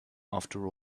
after